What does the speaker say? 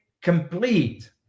complete